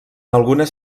algunes